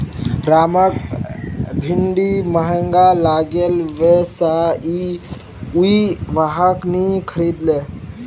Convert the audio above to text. रामक भिंडी महंगा लागले वै स उइ वहाक नी खरीदले